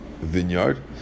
vineyard